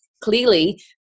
clearly